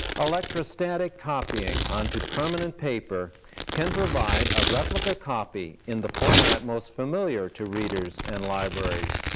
electrostatic copying on to permanent paper can provide a replica copy in the format most familiar to readers and libraries.